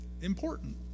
important